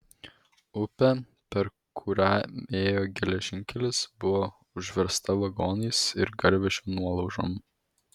upė per kurią ėjo geležinkelis buvo užversta vagonais ir garvežio nuolaužom